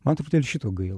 man truputėlį šito gaila